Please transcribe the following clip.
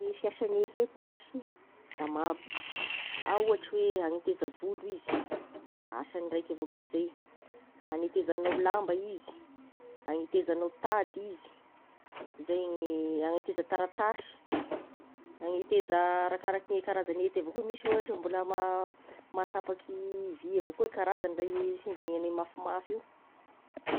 I fiasagne hety zashy da maro, ao ohatry koe agneteza volo izy da asany raika avao koa izay, agnetezagnao lamba izy, agnetezagnao tady izy, zay gny agneteza taratasy, agneteza arakaraky gne karazagne hety avao koa misy ohatry mbola maha- mahatapaky vy avy akao e karazagny raha sendra gnane mafimafy io.